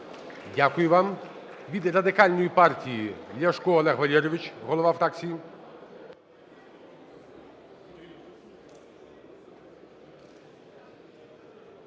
Дякую вам. Від Радикальної партії, Ляшко Олег Валерійович, голова фракції.